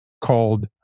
called